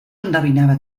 endevinava